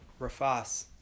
Rafas